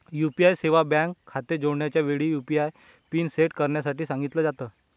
UPI सेवा bank खाते जोडण्याच्या वेळी, यु.पी.आय पिन सेट करण्यासाठी सांगितल जात